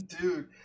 Dude